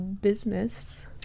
business